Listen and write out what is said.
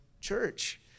church